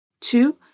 Two